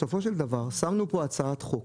בסופו של דבר, שמנו פה הצעת חוק